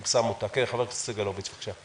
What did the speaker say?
חבר הכנסת סגלוביץ', בבקשה.